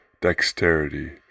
dexterity